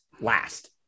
last